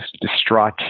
distraught